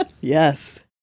Yes